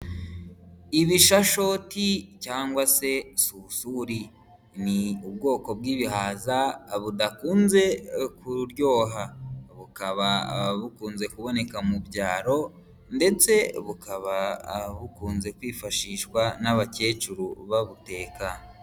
Ibishashoti cyangwa se susuri. Ni ubwoko bw'ibihaza budakunze kuryoha. Bukaba bukunze kuboneka mu byaro ndetse bukaba bukunze kwifashishwa n'abakecuru babuteka.